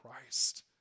Christ